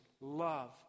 love